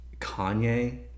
Kanye